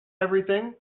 everything